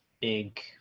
big